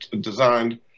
designed